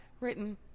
Written